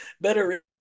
better